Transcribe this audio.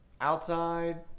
outside